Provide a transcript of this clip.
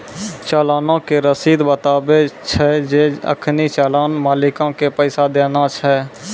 चलानो के रशीद बताबै छै जे अखनि चलान मालिको के पैसा देना छै